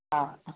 हा हा